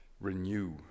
renew